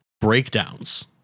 breakdowns